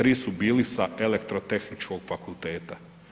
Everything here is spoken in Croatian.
3 su bili sa Elektrotehničkog fakulteta.